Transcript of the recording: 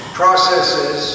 processes